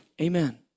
amen